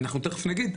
אנחנו תיכף נגיד,